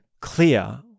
clear